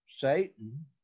Satan